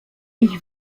ich